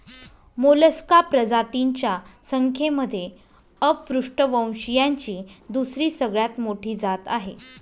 Mollusca प्रजातींच्या संख्येमध्ये अपृष्ठवंशीयांची दुसरी सगळ्यात मोठी जात आहे